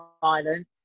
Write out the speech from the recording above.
violence